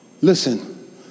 Listen